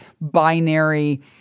binary